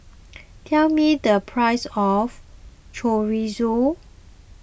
tell me the price of Chorizo